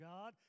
God